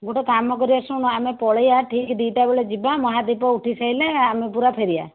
ଗୋଟିଏ କାମ କରିବା ଶୁଣୁ ଆମେ ପଳାଇଆ ଠିକ ଦୁଇଟା ବେଳେ ଯିବା ମହାଦୀପ ଉଠି ସାରିଲେ ଆମେ ପୁରା ଫେରିବା